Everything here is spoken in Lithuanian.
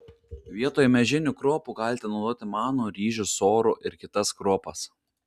vietoj miežinių kruopų galite naudoti manų ryžių sorų ir kitas kruopas